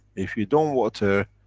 if you don't water,